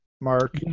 Mark